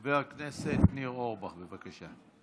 חבר הכנסת ניר אורבך, בבקשה.